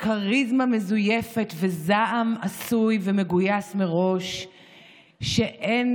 כריזמה מזויפת וזעם עשוי ומגויס מראש שאין